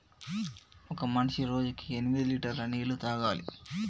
ఒక మనిషి రోజుకి ఎనిమిది లీటర్ల నీళ్లు తాగాలి